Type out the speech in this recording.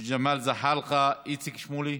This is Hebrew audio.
ג'מאל זחאלקה, איציק שמולי,